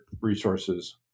resources